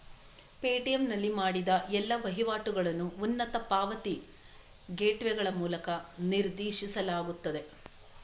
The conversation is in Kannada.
ಪೇಟಿಎಮ್ ನಲ್ಲಿ ಮಾಡಿದ ಎಲ್ಲಾ ವಹಿವಾಟುಗಳನ್ನು ಉನ್ನತ ಪಾವತಿ ಗೇಟ್ವೇಗಳ ಮೂಲಕ ನಿರ್ದೇಶಿಸಲಾಗುತ್ತದೆ